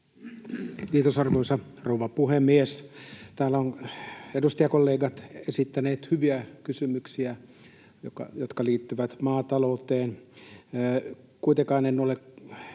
Kiitos, arvoisa rouva puhemies! Täällä ovat edustajakollegat esittäneet hyviä kysymyksiä, jotka liittyvät maatalouteen. Kuitenkaan en ole